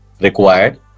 required